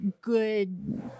good